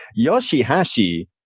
Yoshihashi